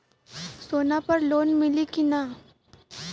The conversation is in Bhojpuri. सोना पर लोन मिली की ना?